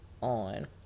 on